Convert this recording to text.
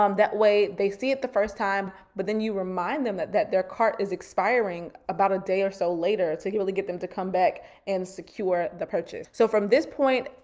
um that way they see it the first time, but then you remind them that that their cart is expiring about a day or so later. so like you really get them to come back and secure the purchase. so from this point,